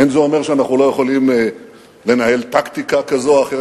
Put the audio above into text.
אין זה אומר שאנחנו לא יכולים לנהל טקטיקה כזו או אחרת.